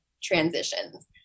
transitions